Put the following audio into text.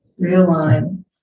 realign